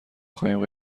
خواهیم